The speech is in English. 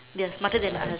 they are smarter than us